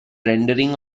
rendering